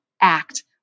act